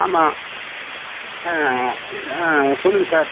ஆமாம் சொல்லுங்க சார்